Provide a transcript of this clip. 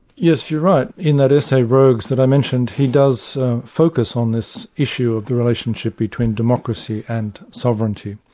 yes, you're right. in that essay, rogues, that i mentioned, he does focus on this issue of the relationship between democracy and sovereignty.